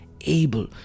able